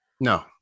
No